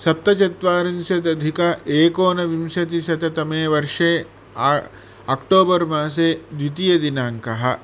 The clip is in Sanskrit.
सप्तचत्वारिंशदधिक एकोनविंशतिशततमे वर्षे आक्टोबर् मासे द्वितीयदिनाङ्कः